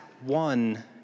One